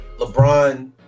LeBron